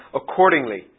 accordingly